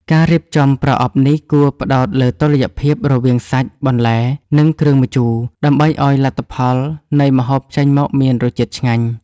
ការរៀបចំប្រអប់នេះគួរផ្ដោតលើតុល្យភាពរវាង សាច់ បន្លែ និងគ្រឿងម្ជូរ ដើម្បីឱ្យលទ្ធផលនៃម្ហូបចេញមកមានរសជាតិឆ្ងាញ់។